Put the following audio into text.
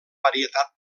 varietat